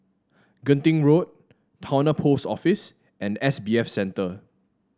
Genting Road Towner Post Office and S B F Center